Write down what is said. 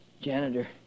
janitor